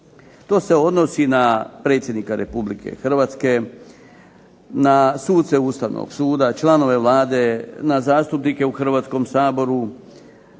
To se odnosi na predsjednika Republike Hrvatske na suce Ustavnog suda, članove Vlade, na zastupnike u Hrvatskom saboru,